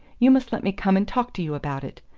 you must let me come and talk to you about it.